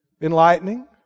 Enlightening